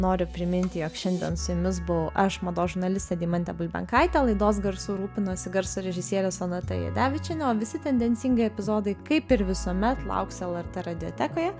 noriu priminti jog šiandien su jumis buvau aš mados žurnalistė deimantė bulbenkaitė laidos garsu rūpinosi garso režisierė sonata jadevičienė o visi tendencingai epizodai kaip ir visuomet lauks lrt radiotekoje